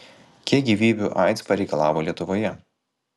kiek gyvybių aids pareikalavo lietuvoje